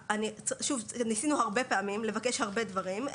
שוב, ניסינו הרבה פעמים לבקש הרבה דברים.